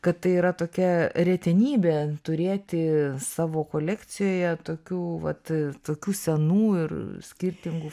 kad tai yra tokia retenybė turėti savo kolekcijoje tokių vat tokių senų ir skirtingų